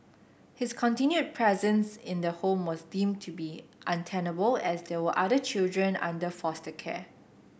his continued presence in the home was deemed to be untenable as there were other children under foster care